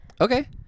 okay